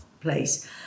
place